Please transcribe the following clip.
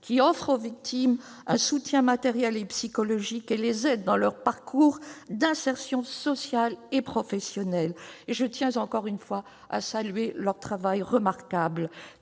qui offrent aux victimes un soutien matériel et psychologique et qui les aident dans leur parcours d'insertion sociale et professionnelle. Je tiens encore une fois à saluer le travail remarquable